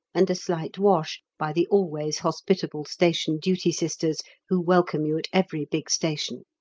and a slight wash by the always hospitable station duty sisters, who welcome you at every big station.